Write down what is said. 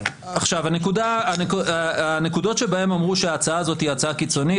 הנקודות בהן אמרו שההצעה הזאת היא הצעה קיצונית.